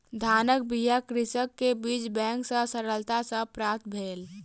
धानक बीया कृषक के बीज बैंक सॅ सरलता सॅ प्राप्त भेल